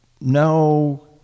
no